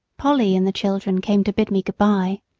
polly and the children came to bid me good-by.